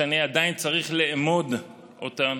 שאני עדיין צריך לאמוד אותן